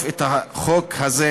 אנחנו הגענו להסכמה עם כבוד סגן השר